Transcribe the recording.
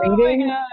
reading